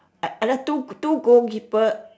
I I like two two goal keeper